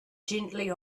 gently